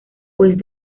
juez